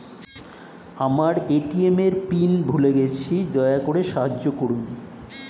আমার এ.টি.এম এর পিন ভুলে গেছি, দয়া করে সাহায্য করুন